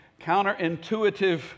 counterintuitive